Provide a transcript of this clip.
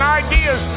ideas